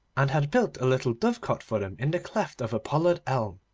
and had built a little dovecot for them in the cleft of a pollard elm.